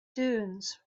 dunes